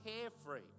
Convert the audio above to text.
carefree